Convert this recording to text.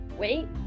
Wait